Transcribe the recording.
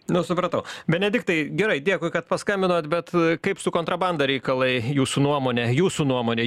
nu supratau benediktai gerai dėkui kad paskambinot bet kaip su kontrabanda reikalai jūsų nuomone jūsų nuomone